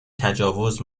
تجاوز